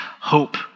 hope